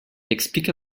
expliqua